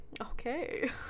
Okay